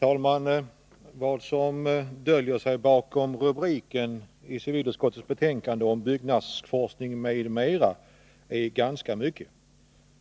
Herr talman! Bakom rubriken till civilutskottets betänkande, ”om byggnadsforskning m.m.”, döljer sig ganska mycket.